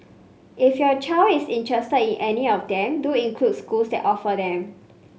if your child is interested in any of them do include schools that offer them